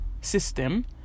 system